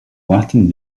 latin